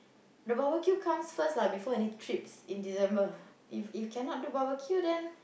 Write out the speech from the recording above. the barbecue comes first lah before any trips in December if if cannot do barbecue then